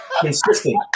consistent